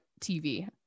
TV